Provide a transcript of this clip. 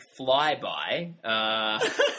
Flyby